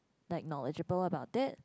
like knowledgeable about it